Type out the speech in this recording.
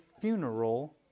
funeral